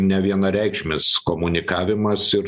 nevienareikšmis komunikavimas ir